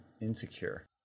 insecure